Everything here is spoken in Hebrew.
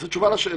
זו תשובה לשאלה.